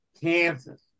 Kansas